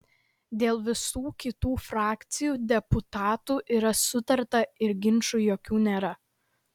dėl visų kitų frakcijų deputatų yra sutarta ir ginčų jokių nėra